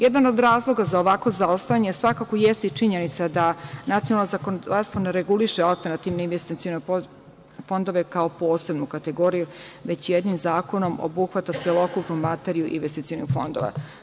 Jedan od razloga za ovako zaostajanje svakako jeste i činjenica da nacionalno zakonodavstvo ne reguliše alternativno investiciono fondove kao posebnu kategoriju, već je jednim zakonom obuhvata celokupnu materiju investicionih fondova.